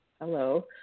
hello